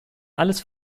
alles